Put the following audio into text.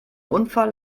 unfall